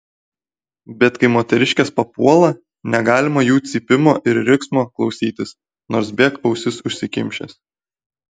bet kai moteriškės papuola negalima jų cypimo ir riksmo klausytis nors bėk ausis užsikimšęs